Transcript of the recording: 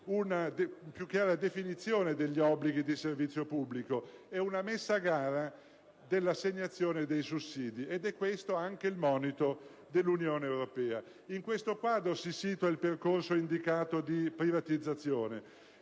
una più chiara definizione degli obblighi di servizio pubblico e una messa a gara dell'assegnazione dei sussidi; e questo è anche il monito dell'Unione europea. In questo quadro si situa il percorso indicato di privatizzazione: